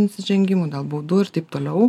nusižengimų gal baudų ir taip toliau